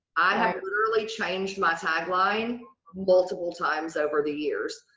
i hadn't really changed my tagline multiple times over the years.